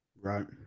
Right